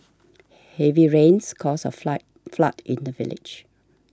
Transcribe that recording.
heavy rains caused a fly flood in the village